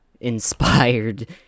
inspired